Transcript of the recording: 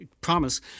promise